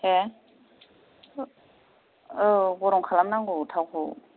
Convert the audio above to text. हा औ गरम खालाम नांगौ थावखौ